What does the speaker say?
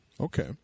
Okay